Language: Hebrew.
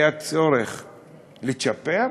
היה צורך לצ'פר?